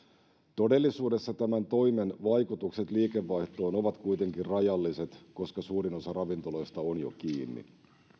todellisuudessa tämän toimen vaikutukset liikevaihtoon ovat kuitenkin rajalliset koska suurin osa ravintoloista on jo kiinni